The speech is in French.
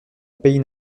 pays